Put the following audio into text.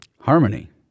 Harmony